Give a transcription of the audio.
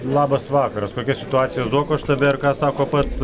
labas vakaras kokia situacija zuoko štabe ir ką sako pats